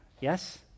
yes